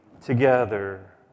together